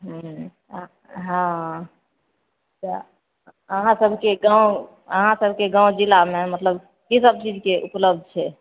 हूँ हँ तऽ अहाँ सबके गाँव अहाँ सबके गाँव जिलामे मतलब कि सब चीजके उपलब्ध छै